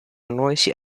noisy